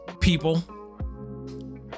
people